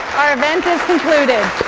our event is concluded.